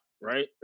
Right